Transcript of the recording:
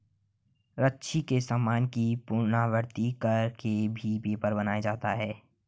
रद्दी के सामान की पुनरावृति कर के भी पेपर बनाया जाता है